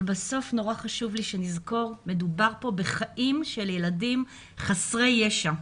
אבל בסוף נורא חשוב לי שנזכור שמדובר בחיים של ילדים חסרי ישע.